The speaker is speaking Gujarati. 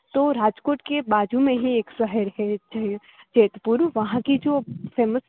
તો રાજકોટ કે બાજુ મેં હી એક શહેર જેતપુર વહાં કી જો ફેમસ